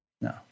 No